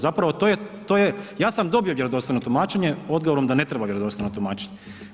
Zapravo to je ja sam dobio vjerodostojno tumačenje odgovorom da ne treba vjerodostojno tumačiti.